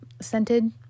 scented